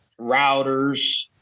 routers